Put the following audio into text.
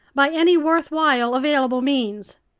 by any worthwhile, available means!